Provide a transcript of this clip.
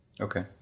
Okay